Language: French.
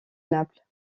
naples